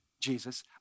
Jesus